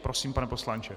Prosím, pane poslanče.